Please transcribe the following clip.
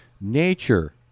nature